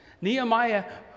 Nehemiah